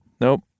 nope